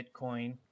Bitcoin